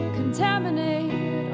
contaminate